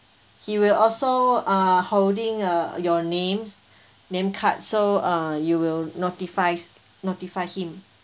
he will also uh holding a your name name card so uh you will notify notify him